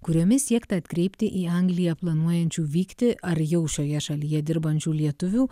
kuriomis siekta atkreipti į angliją planuojančių vykti ar jau šioje šalyje dirbančių lietuvių